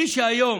מי שהיום